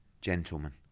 gentlemen